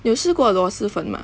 你有吃过螺蛳粉吗